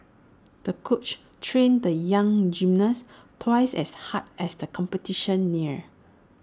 the coach trained the young gymnast twice as hard as the competition neared